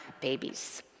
babies